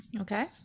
Okay